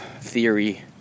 theory